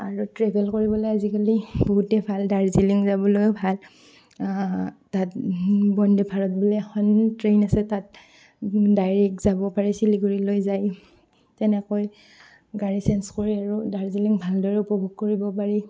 আৰু ট্ৰেভেল কৰিবলৈ আজিকালি বহুতে ভাল ডাৰ্জিলিং যাবলৈও ভাল তাত বন্দে ভাৰত বুলি এখন ট্ৰেইন আছে তাত ডাইৰেক্ট যাব পাৰি চিলিগুড়িলৈ যায় তেনেকৈ গাড়ী চেঞ্জ কৰি আৰু ডাৰ্জিলিং ভালদৰে উপভোগ কৰিব পাৰি